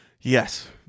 Yes